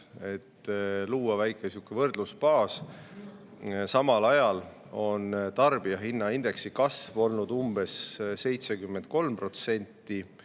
Et luua väike selline võrdlusbaas: samal ajal on tarbijahinnaindeksi kasv olnud umbes 73%